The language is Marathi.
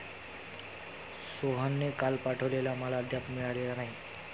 सोहनने काल पाठवलेला माल अद्याप मिळालेला नाही